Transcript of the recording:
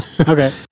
Okay